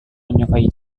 menyukai